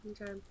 Okay